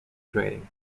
trading